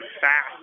fast